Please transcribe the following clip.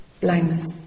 blindness